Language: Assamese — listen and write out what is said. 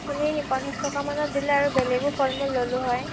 আপুনি পঞ্চাছ টকা মানত দিলে আৰু বেলেগো ফল মূল ল'লো হয়